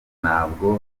ntabwo